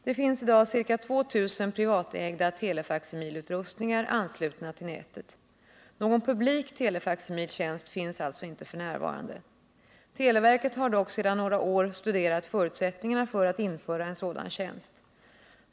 Det finns i dag ca 2 000 privatägda telefaksimilutrustningar anslutna till nätet. Någon publik telefaksimiltjänst finns alltså inte f. n. Televerket har dock sedan några år tillbaka studerat förutsättningarna för att införa en sådan tjänst.